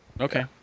Okay